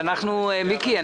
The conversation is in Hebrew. ומיקי,